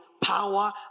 power